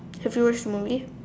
have you watch the movie